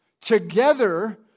together